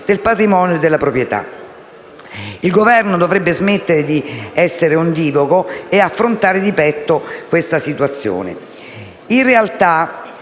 Il Governo dovrebbe smettere di essere ondivago e dovrebbe affrontare di petto questa situazione.